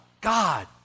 God